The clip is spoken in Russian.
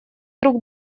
друг